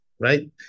Right